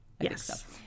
Yes